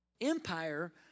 Empire